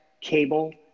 cable